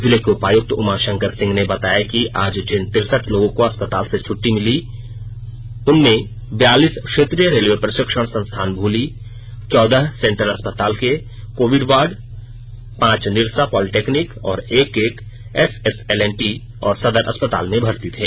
जिले के उपायक्त उमा शंकर सिंह ने बताया कि आज जिन तिरसठ लोगों को अस्पताल से छट्टी मिली उनमें बियालीसँ क्षेत्रीय रेलवे प्रशिक्षण संस्थान भूली चौदह सेन्टल अस्पताल के कोविडड वार्ड पांच निरसा पॉलिटेक्निक और एक एक एसएसएल एनटी और सदर अस्पातल में भर्ती थे